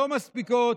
ולא מספיקות